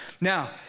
Now